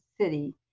city